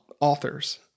authors